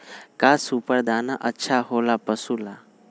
का सुपर दाना अच्छा हो ला पशु ला?